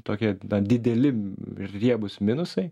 tokie dideli ir riebūs minusai